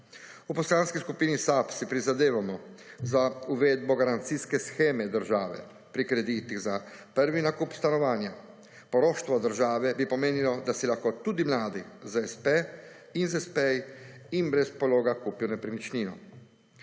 V Poslanski skupini SAB se prizadevamo za uvedbo garancijske sheme države pri kreditih za prvi nakup stanovanja. Poroštvo države bi pomenilo, da se lahko tudi mladi z / nerazumljivo/ in brez pologa kupijo nepremičnino.